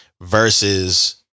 Versus